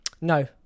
no